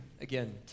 again